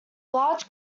large